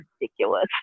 ridiculous